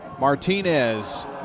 Martinez